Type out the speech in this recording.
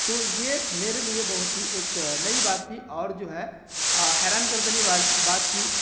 تو یہ میرے لیے لیے بہت ہی ایک نئی بات تھی اور جو ہے حیران کر دینے بات تھی